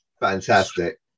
Fantastic